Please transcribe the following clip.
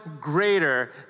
greater